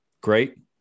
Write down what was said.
Great